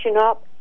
up